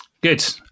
Good